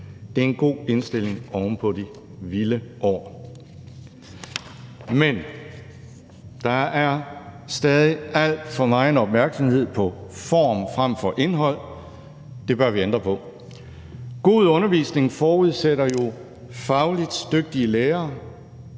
Det er en god indstilling oven på de vilde år. Men der er stadig alt for megen opmærksomhed på form frem for indhold – det bør vi ændre på. God undervisning forudsætter jo fagligt dygtige lærere,